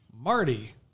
Marty